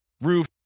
roof